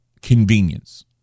convenience